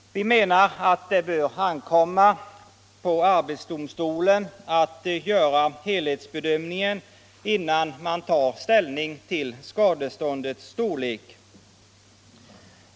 Vi menar att det bör ankomma på arbetsdomstolen att göra helhetsbedömningen innan man tar ställning till skadeståndets storlek.